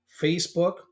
Facebook